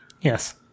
Yes